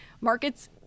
markets